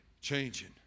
changing